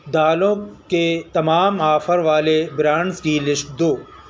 دالوں کے تمام آفر والے برانڈس کی لسٹ دو